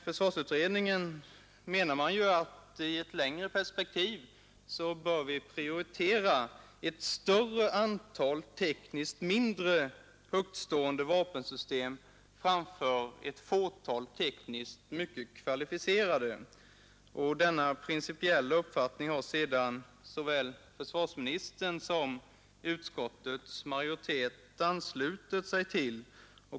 Försvarsutredningen menar att vi i ett längre perspektiv bör prioritera ett större antal tekniskt mindre högtstående vapensystem framför ett fåtal tekniskt mycket kvalificerade. Denna principiella uppfattning har sedan såväl försvarsministern som utskottets majoritet anslutit sig till.